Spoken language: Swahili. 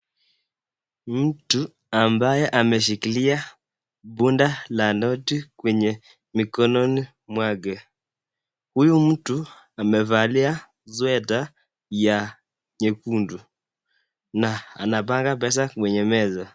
Mtu ambaye ameshikila bunda la noti kwenye mikono yake huyu mtu amevalia sweta ya nyekundu na anapanga pesa kwenye meza.